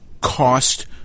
cost